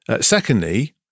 Secondly